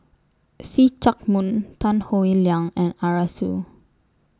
See Chak Mun Tan Howe Liang and Arasu